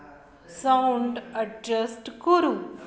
sound adjust कुरु